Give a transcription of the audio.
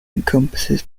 encompasses